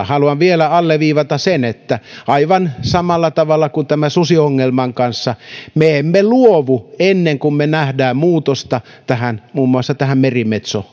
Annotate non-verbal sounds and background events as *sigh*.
*unintelligible* haluan vielä alleviivata sen että aivan samalla tavalla kuin tämän susiongelman kanssa me emme luovuta ennen kuin me näemme muutosta muun muassa tässä merimetso